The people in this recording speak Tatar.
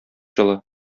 җылы